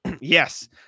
Yes